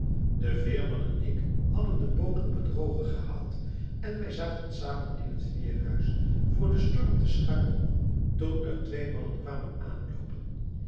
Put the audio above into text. de veerman en ik hadden de boot op het droge gehaald en wij zaten samen in het veerhuis voor den storm te schuilen toen er twee mannen kwamen aanloopen